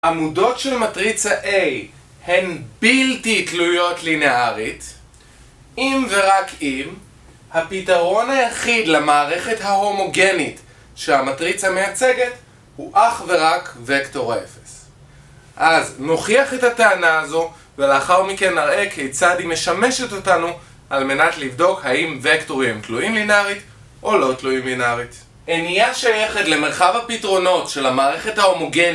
עמודות של מטריצה A הן בלתי תלויות לינארית, אם ורק אם, הפתרון היחיד למערכת ההומוגנית שהמטריצה מייצגת הוא אך ורק וקטור 0. אז נוכיח את הטענה הזו, ולאחר מכן נראה כיצד היא משמשת אותנו על מנת לבדוק האם וקטורים תלויים לינארית או לא תלויים לינארית. איניה שייכת למרחב הפתרונות של המערכת ההומוגנית.